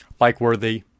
Like-worthy